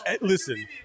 Listen